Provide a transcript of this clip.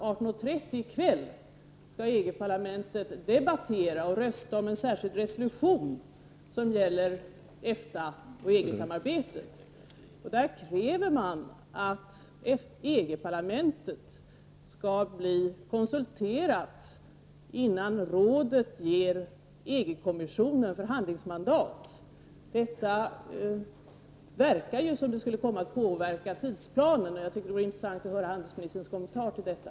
18.30 i kväll skall debattera och rösta om en särskild resolution som gäller EFTA-EG-samarbetet. Man kräver att EG-parlamentet skall konsulteras innan rådet ger EG-kommissionen förhandlingsmandat. Det verkar som om detta skulle kunna påverka tidsplanen. Det vore intressant att få höra handelsministerns kommentar till detta.